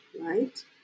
Right